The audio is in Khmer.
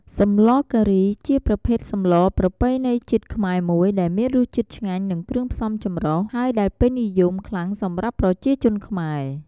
សម្លរការីជាប្រភេទសម្លរប្រពៃណីជាតិខ្មែរមួយ ដែលមានរសជាតិឆ្ងាញ់ និងគ្រឿងផ្សំចម្រុះ ហើយដែលពេញនិយមខ្លាំងសម្រាប់ប្រជាជនខ្មែរ។